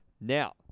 Now